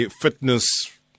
fitness